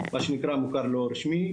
מה שנקרא מוכר לא רשמי,